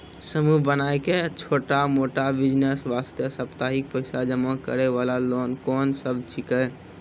समूह बनाय के छोटा मोटा बिज़नेस वास्ते साप्ताहिक पैसा जमा करे वाला लोन कोंन सब छीके?